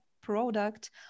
product